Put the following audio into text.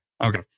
Okay